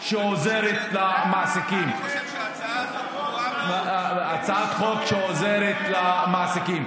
והצעת חוק שעוזרת למעסיקים.